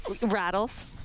Rattles